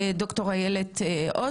דוקטור איילת עוז.